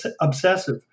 obsessive